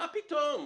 מה פתאום?